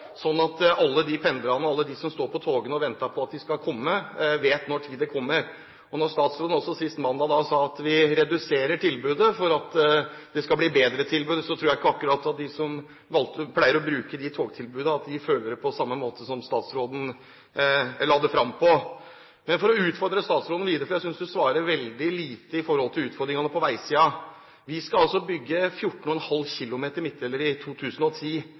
at alle pendlerne og alle de som står og venter på at togene skal komme, vet når de kommer. Når statsråden også sist mandag sa at man reduserer tilbudet for at det skal bli bedre tilbud, tror jeg ikke akkurat at de som pleier å bruke de togtilbudene, føler det på samme måte som statsråden la det fram på. Men for å utfordre statsråden videre, for jeg synes hun svarer veldig lite med tanke på utfordringene på veisiden: Vi skal altså bygge 14,5 km midtdelere i 2010.